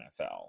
NFL